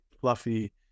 fluffy